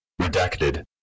Redacted